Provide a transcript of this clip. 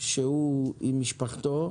עם משפחתו,